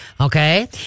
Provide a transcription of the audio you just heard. Okay